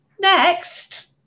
Next